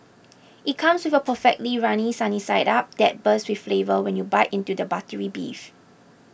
it comes with a perfectly runny sunny side up that bursts with flavour when you bite into the buttery beef